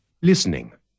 Listening